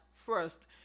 First